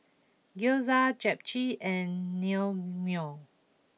Gyoza Japchae and Naengmyeon